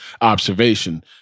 observation